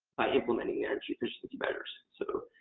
implementing the energy efficiency measures. so,